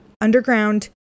Underground